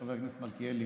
חבר הכנסת מלכיאלי,